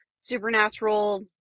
supernatural